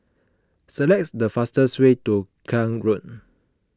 selects the fastest way to Klang Road